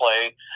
play